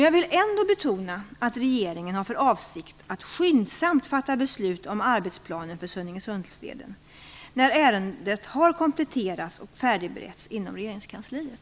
Jag vill ändå betona att regeringen har för avsikt att skyndsamt fatta beslut om arbetsplanen för Sunningeleden, när ärendet har kompletterats och färdigberetts inom regeringskansliet.